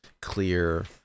clear